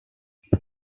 his